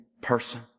person